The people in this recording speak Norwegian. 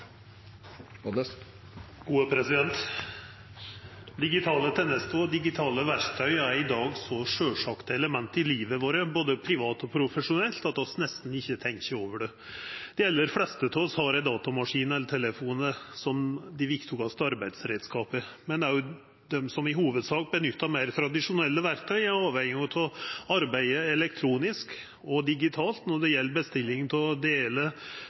ambisiøs kunnskapsminister. Digitale tenester og digitale verktøy er i dag så sjølvsagde element i liva våre, både privat og profesjonelt, at vi nesten ikkje tenkjer over det. Dei aller fleste av oss har datamaskinen eller telefonen som dei viktigaste arbeidsreiskapane, men òg dei som i hovudsak nyttar meir tradisjonelle verktøy, er avhengige av å arbeida elektronisk og digitalt når det gjeld bestilling av delar og varer og kontakt med kundar og vidare. Det